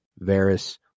Varys